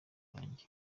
banjye